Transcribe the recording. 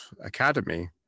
academy